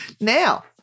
Now